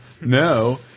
no